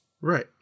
Right